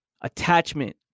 Attachment